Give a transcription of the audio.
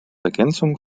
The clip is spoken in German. ergänzungen